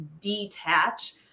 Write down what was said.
detach